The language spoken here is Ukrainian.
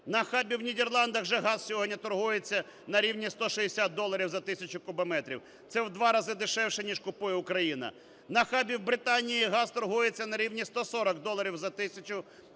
На хабі в Нідерландах уже газ сьогодні торгується на рівні 160 доларів за тисячу кубометрів, це у два рази дешевше, ніж купує Україна. На хабі у Британії газ торгується на рівні 140 доларів за тисячу кубометрів.